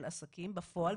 של עסקים בפועל,